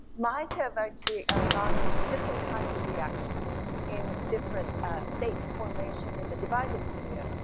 might have actually garnered different kind of reactions in different state formation in the divided korea.